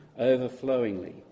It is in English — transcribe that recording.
overflowingly